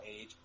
age